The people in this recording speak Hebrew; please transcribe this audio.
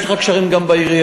יש לך קשרים גם בעירייה.